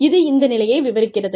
இது இந்த நிலையை விவரிக்கிறது